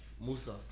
Musa